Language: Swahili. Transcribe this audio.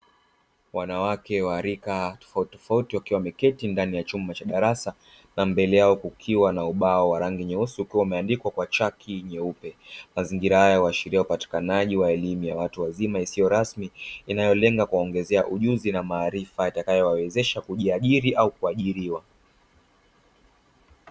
Wanawake wa rika tofautitofauti wakiwa wameketi ndani ya chumba cha darasa na mbele yao kukiwa na ubao wa rangi nyeusi ukiwa umeandikwa kwa chaki nyeupe. Mazingira haya huashiria upatikanaji wa elimu ya watu wazima isiyo rasmi inayolenga kuwaongezea ujuzi na maarifa itakayowawezesha kujiajiri au kuajiriwa.